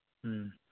ꯎꯝ